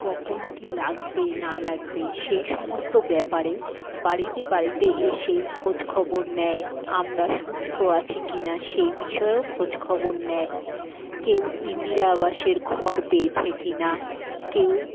কখন কী লাগবে না লাগবে সেই সমস্ত ব্যাপারে বাড়িতে বাড়িতে এসে খোঁজ খবর নেয় আমরা সুস্থ আছি কিনা সেই বিষয়েও খোঁজখবর নেয় কেউ ইন্দিরা আবাসের ঘর পেয়েছে কিনা কেউ